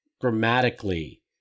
grammatically